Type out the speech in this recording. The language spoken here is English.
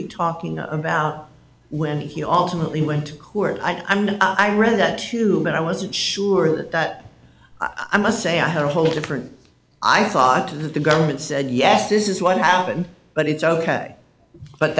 be talking about when he alternately went to court i mean i read that too but i wasn't sure that that i must say i had a whole different i thought to that the government said yes this is what happened but it's ok but